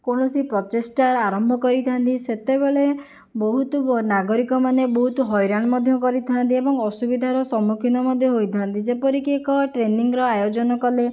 କୌଣସି ପ୍ରଚେଷ୍ଟା ଆରମ୍ଭ କରିଥାନ୍ତି ସେତେବେଳେ ବହୁତ ବ ନାଗରିକମାନେ ବହୁତ ହଇରାଣ ମଧ୍ୟ କରିଥାନ୍ତି ଏବଂ ଅସୁବିଧାର ସମ୍ମୁଖୀନ ମଧ୍ୟ ହୋଇଥାନ୍ତି ଯେପରିକି ଏକ ଟ୍ରେନିଂର ଆୟୋଜନ କଲେ